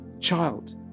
child